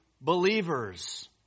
believers